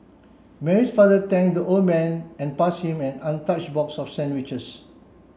Mary's father thank the old man and pass him an untouched box of sandwiches